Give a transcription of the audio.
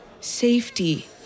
Safety